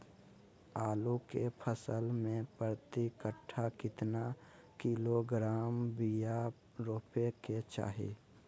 आलू के फसल में प्रति कट्ठा कितना किलोग्राम बिया रोपे के चाहि?